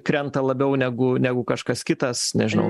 krenta labiau negu negu kažkas kitas nežinau